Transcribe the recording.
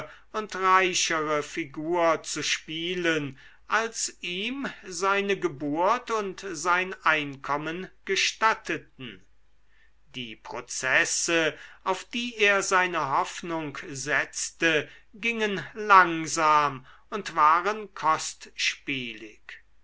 und reichere figur zu spielen als ihm seine geburt und sein einkommen gestatteten die prozesse auf die er seine hoffnung setzte gingen langsam und waren kostspielig